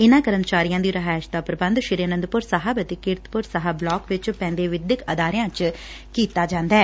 ਇਨ੍ਹਾਂ ਕਰਮਚਾਰੀਆਂ ਦੀ ਰਿਹਾਇਸ਼ ਦਾ ਪ੍ਰਬੰਧ ਸ੍ਰੀ ਅਨੰਦਪੁਰ ਸਾਹਿਬ ਅਤੇ ਕੀਰਤਪੁਰ ਸਾਹਿਬ ਬਲਾਕ ਵਿਚ ਪੈਂਦੇ ਵਿਦਿਅਕ ਅਦਾਰਿਆ ਵਿਚ ਕੀਤਾ ਜਾਦੈ